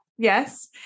Yes